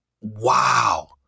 wow